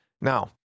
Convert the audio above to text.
Now